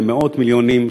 במאות מיליונים,